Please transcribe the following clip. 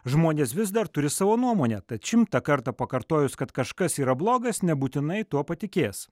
žmonės vis dar turi savo nuomonę tad šimtą kartą pakartojus kad kažkas yra blogas nebūtinai tuo patikės